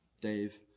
Dave